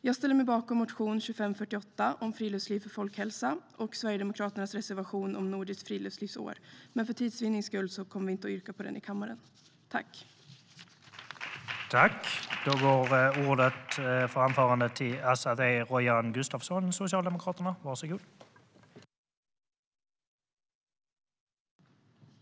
Jag ställer mig bakom motion 2548 om friluftsliv för folkhälsa och Sverigedemokraternas reservation om ett nordiskt friluftslivsår, men för tids vinnande kommer vi inte att yrka bifall till reservationen i kammaren.